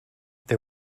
they